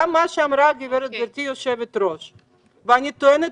גם גברתי יושבת-הראש אמרה וגם אני טוענת